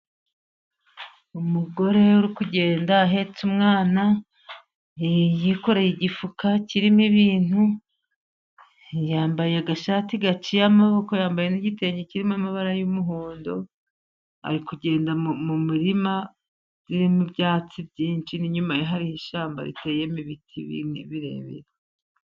Umugore uri kugenda ahetse umwana, yikoreye igifuka kirimo ibintu, yambaye agashati gaciye amaboko, yambaye n'igitenge kirimo amabara y'umuhondo. Ari kugenda mu murima urimo ibyatsi byinshi, n'inyuma ye hariho ishyamba riteyemo ibiti bindi birebire.